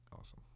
awesome